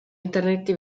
interneti